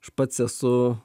aš pats esu